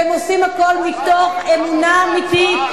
והם עושים הכול מתוך אמונה אמיתית,